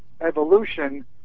evolution